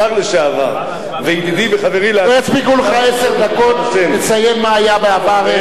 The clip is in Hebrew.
השר לשעבר וידידי וחברי לעתיד בסיעה משותפת,